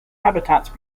habitats